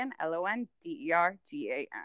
L-O-N-D-E-R-G-A-N